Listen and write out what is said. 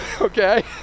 okay